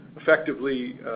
effectively